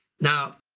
now,